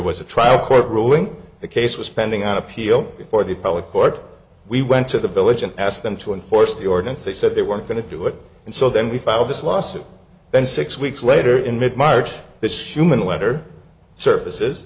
was a trial court ruling the case was pending an appeal before the public court we went to the village and asked them to enforce the ordinance they said they weren't going to do it and so then we filed this lawsuit then six weeks later in mid march this schuman letter surfaces